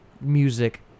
Music